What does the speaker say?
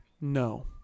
No